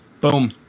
boom